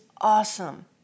awesome